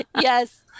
Yes